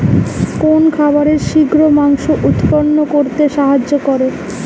কোন খাবারে শিঘ্র মাংস উৎপন্ন করতে সাহায্য করে?